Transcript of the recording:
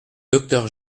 docteur